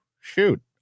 shoot